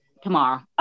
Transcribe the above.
tomorrow